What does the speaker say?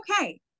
okay